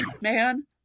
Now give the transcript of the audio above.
man